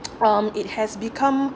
um it has become